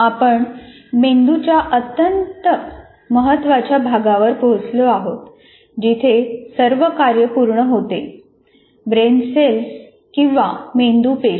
आपण मेंदूच्या अत्यंत महत्त्वाच्या भागावर पोहोचलो आहोत जिथे सर्व कार्य पूर्ण होते ब्रेन सेल्स किंवा मेंदू पेशी